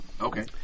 Okay